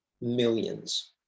millions